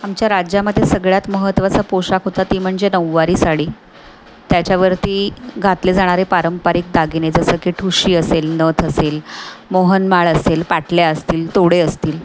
आमच्या राज्यामध्ये सगळ्यात महत्त्वाचा पोशाख होता ती म्हणजे नऊवारी साडी त्याच्यावरती घातले जाणारे पारंपारिक दागिने जसं की ठुशी असेल नथ असेल मोहनमाळ असेल पाटल्या असतील तोडे असतील